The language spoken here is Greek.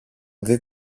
δει